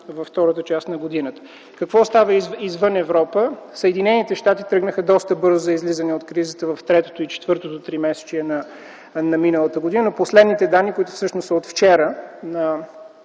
през втората част на годината. Какво става извън Европа? Съединените щати тръгнаха доста бързо за излизане от кризата в третото и четвъртото тримесечие на миналата година. Последни данни, които всъщност са от вчера,